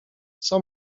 coś